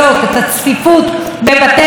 אנחנו רואים עד כמה הפריפריה,